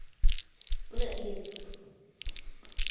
ᱩᱱᱟᱹᱜ ᱤᱭᱟᱹ ᱫᱚ ᱵᱟᱝ